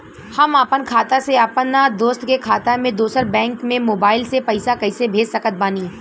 हम आपन खाता से अपना दोस्त के खाता मे दोसर बैंक मे मोबाइल से पैसा कैसे भेज सकत बानी?